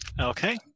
Okay